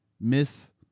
Miss